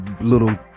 little